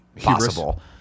possible